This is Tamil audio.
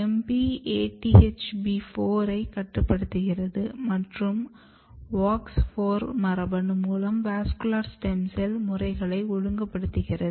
MP ATHB 4 ஐ கட்டுப்படுத்துகிறது மற்றும் WOX 4 மரபணு மூலம் வாஸ்குலர் ஸ்டெம் செல் முறைகளை ஒழுங்குபடுத்தப்படுகிறது